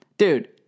Dude